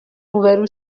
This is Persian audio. روبرو